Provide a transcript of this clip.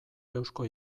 eusko